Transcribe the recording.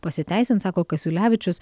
pasiteisins sako kasiulevičius